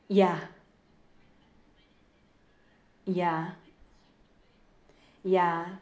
ya ya ya